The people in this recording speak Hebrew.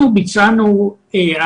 רואים את זה לאומית.